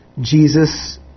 Jesus